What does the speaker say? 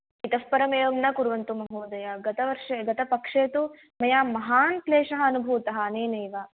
इतः परम् एवं न कुर्वन्तु महोदय गतवर्षे गतपक्षे तु मया महान् क्लेशः अनुभूतः अनेनैव